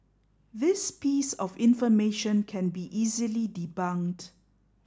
this piece of information can be easily debunked